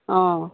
অঁ